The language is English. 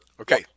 Okay